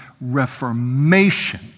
Reformation